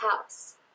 house